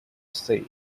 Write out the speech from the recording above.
sea